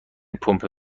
پمپ